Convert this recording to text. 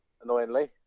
annoyingly